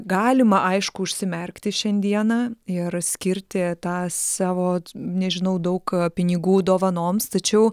galima aišku užsimerkti šiandieną ir skirti tą savo nežinau daug pinigų dovanoms tačiau